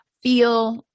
feel